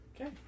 Okay